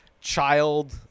child